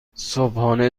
صبحانه